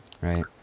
right